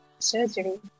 Surgery